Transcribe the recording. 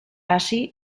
hasi